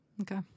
Okay